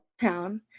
town